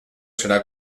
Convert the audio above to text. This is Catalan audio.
serà